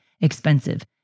expensive